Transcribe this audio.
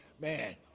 Man